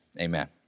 amen